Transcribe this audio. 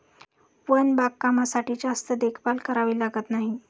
one बागकामासाठी जास्त देखभाल करावी लागत नाही